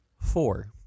Four